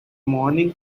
morning